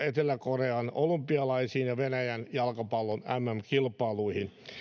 etelä korean olympialaisiin ja venäjän jalkapallon mm kilpailuihin